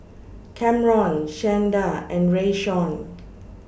Kamron Shanda and Rayshawn